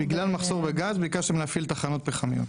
האם היו מקרים שבגלל מחסור בגז אתם ביקשתם להפעיל תחנות פחמיות?